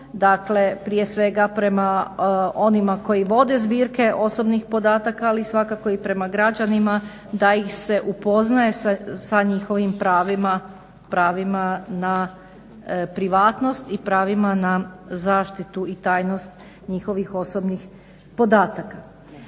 prije svega prema onima koji vode zbirke osobnih podataka svakako i prema građanima da ih se upoznaje sa njihovim pravima na privatnost i pravima na zaštitu i tajnost njihovih osobnih podataka.